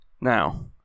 Now